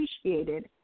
appreciated